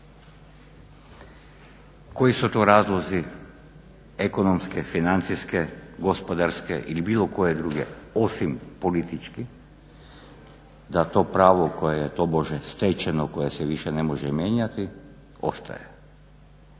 Koji su to razlozi ekonomske, financijske, gospodarske ili bilo koje druge osim političke da to pravo koje je tobože stečeno, koje se više ne može mijenjati ostaje.